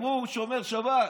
גם הוא שומר שבת,